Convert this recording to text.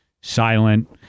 silent